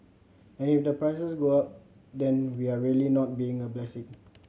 and if the prices go up then we are really not being a blessing